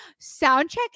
soundcheck